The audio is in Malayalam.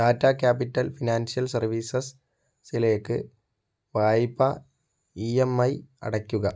ടാറ്റാ ക്യാപിറ്റൽ ഫിനാൻഷ്യൽ സർവീസസ് സിലേക്ക് വായ്പാ ഇഎംഐ അടയ്ക്കുക